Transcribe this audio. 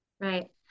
Right